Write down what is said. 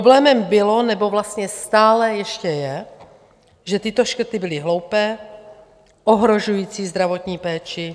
Problémem bylo, nebo vlastně stále ještě je, že tyto škrty byly hloupé, ohrožující zdravotní péči.